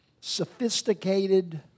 sophisticated